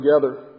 together